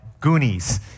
Goonies